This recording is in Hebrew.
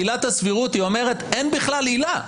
עילת הסבירות אומרת: אין בכלל עילה.